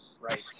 Right